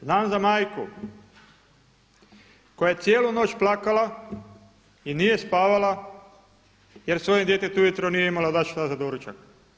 Znam za majku koja je cijelu noć plakala i nije spavala jer svojem djetetu ujutro nije imala dati šta za doručak.